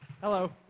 Hello